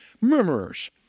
Murmurers